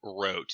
wrote